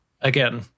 again